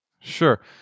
sure